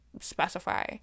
specify